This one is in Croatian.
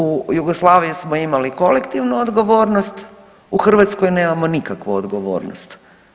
U Jugoslaviji smo imali kolektivnu odgovornost, u Hrvatskoj nemamo nikakvu odgovornost.